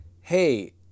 hey